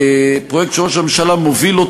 פרויקט שראש הממשלה מוביל,